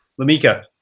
lamika